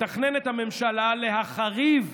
מתכננת הממשלה להחריב,